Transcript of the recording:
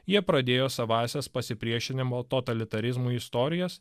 jie pradėjo savąsias pasipriešinimo totalitarizmui istorijas